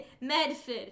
Medford